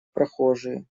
прохожие